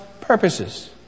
purposes